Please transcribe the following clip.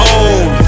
own